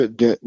de